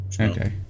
Okay